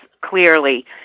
clearly